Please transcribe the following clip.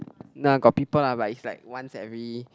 nah got people lah but it's like once every